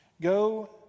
Go